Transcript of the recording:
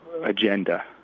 agenda